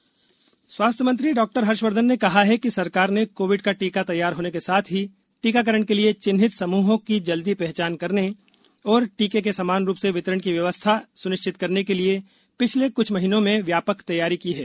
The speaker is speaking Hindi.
हर्षवर्द्धन टीका योजना स्वास्थ्य मंत्री डॉक्टर हर्षवर्द्धन ने कहा है कि सरकार ने कोविड का टीका तैयार होने के साथ ही टीकाकरण के लिए चिन्हित समूहों की जल्दी पहचान करने और टीके के समान रूप से वितरण की व्यवस्था सुनिश्चित करने के लिए पिछले कुछ महीनों में व्यापक तैयारी की है